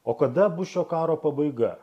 o kada bus šio karo pabaiga